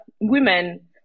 women